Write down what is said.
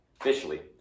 officially